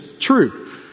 true